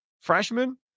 freshman